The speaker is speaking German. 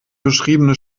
beschriebene